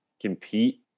compete